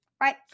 right